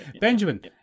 Benjamin